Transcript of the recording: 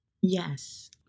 Yes